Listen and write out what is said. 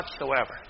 whatsoever